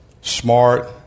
smart